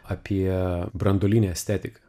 apie branduolinę estetiką